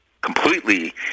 completely